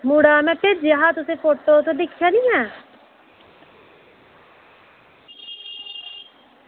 मुड़ा में भेजेआ हा फोटो तुसें दिक्खेआ निं ऐ